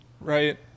right